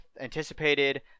anticipated